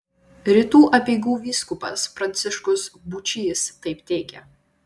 rytų apeigų vyskupas pranciškus būčys taip teigė